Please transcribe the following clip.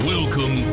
Welcome